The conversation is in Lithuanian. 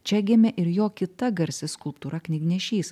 čia gimė ir jo kita garsi skulptūra knygnešys